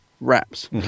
wraps